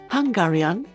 Hungarian